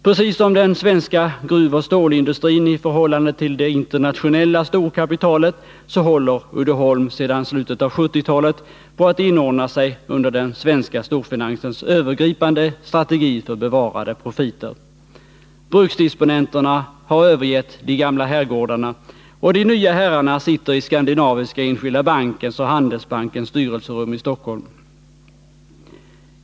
Precis som den svenska gruvoch stålindustrin i förhållande till det internationella storkapitalet håller Uddeholm sedan slutet av 1970-talet på att inordna sig under den svenska storfinansens övergripande strategi för bevarade profiter. Bruksdisponenterna har övergett de gamla herrgårdarna, och de nya herrarna sitter i Skandinaviska Enskilda Bankens och Handelsbankens styrelserum i Stockholm.